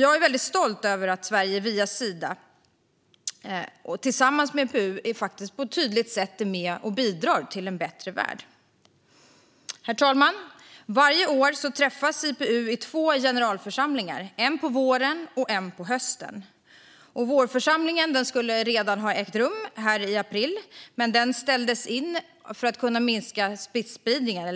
Jag är otroligt stolt över att Sverige via Sida tillsammans med IPU på ett tydligt sätt är med och bidrar till en bättre värld. Herr talman! Varje år träffas IPU i två generalförsamlingar, en på våren och en på hösten. Vårförsamlingen skulle redan ha ägt rum nu i april men ställdes in för att